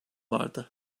vardı